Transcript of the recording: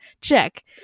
Check